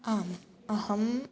आम् अहं